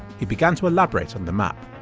he began to elaborate on the map.